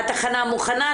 התחנה מוכנה,